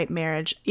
marriage